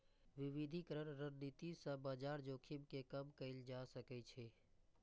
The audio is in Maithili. विविधीकरण रणनीति सं बाजार जोखिम कें कम कैल जा सकै छै